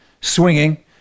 swinging